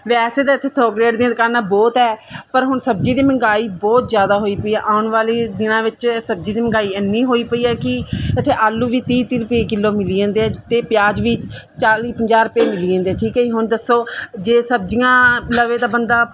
ਵੈਸੇ ਤਾਂ ਇੱਥੇ ਥੋਕਰੇਟ ਦੀਆਂ ਦੁਕਾਨਾਂ ਬਹੁਤ ਹੈ ਪਰ ਹੁਣ ਸਬਜ਼ੀ ਦੀ ਮਹਿੰਗਾਈ ਬਹੁਤ ਜ਼ਿਆਦਾ ਹੋਈ ਪਈ ਹੈ ਆਉਣ ਵਾਲੀ ਦਿਨਾਂ ਵਿੱਚ ਸਬਜ਼ੀ ਦੀ ਮਹਿੰਗਾਈ ਇੰਨੀ ਹੋਈ ਪਈ ਹੈ ਕਿ ਇੱਥੇ ਆਲੂ ਵੀ ਤੀਹ ਤੀਹ ਰੁਪਏ ਕਿਲੋ ਮਿਲੀ ਜਾਂਦੇ ਆ ਅਤੇ ਪਿਆਜ਼ ਵੀ ਚਾਲੀ ਪੰਜਾਹ ਰੁਪਏ ਮਿਲੀ ਜਾਂਦੇ ਆ ਠੀਕ ਹੈ ਜੀ ਹੁਣ ਦੱਸੋ ਜੇ ਸਬਜ਼ੀਆਂ ਲਵੇ ਤਾਂ ਬੰਦਾ